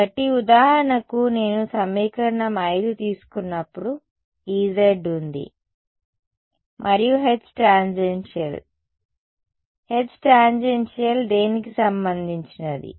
కాబట్టి ఉదాహరణకు నేను సమీకరణం 5 తీసుకున్నప్పుడు E z ఉంది మరియు H టాంజెన్షియల్ H టాంజెన్షియల్ దేనికి సంబంధించినది